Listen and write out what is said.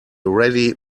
ready